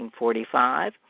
1945